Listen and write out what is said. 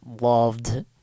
loved